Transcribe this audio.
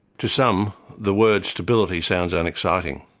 to some, the word stability sounds unexciting,